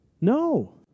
No